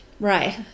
Right